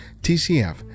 TCF